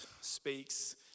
speaks